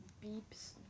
Beep's